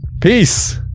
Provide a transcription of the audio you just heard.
peace